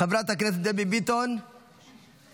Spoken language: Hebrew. חברת הכנסת דבי ביטון, בבקשה.